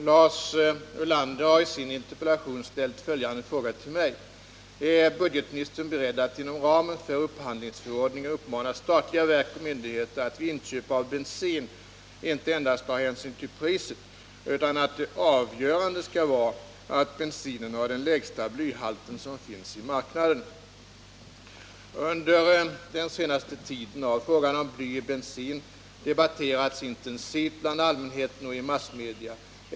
Herr talman! Lars Ulander har i sin interpellation ställt följande fråga till mig: Är budgetoch ekonomiministern beredd att inom ramen för upphandlingsförordningen uppmana statliga verk och myndigheter att vid inköp av bensin inte endast ta hänsyn till priset utan att det avgörande skall vara att bensinen har den lägsta blyhalten som finns i marknaden? Under den senaste tiden har frågan om bly i bensin debatterats intensivt bland allmänheten och i massmedia.